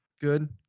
good